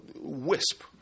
wisp